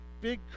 big